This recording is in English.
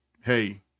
hey